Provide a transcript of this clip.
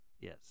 Yes